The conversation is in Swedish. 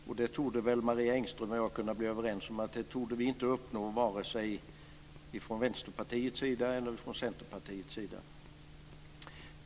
Och Marie Engström och jag torde kunna bli överens om att det torde vi inte uppnå, vare sig från Vänsterpartiets sida eller från Centerpartiets sida.